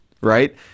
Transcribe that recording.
right